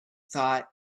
thought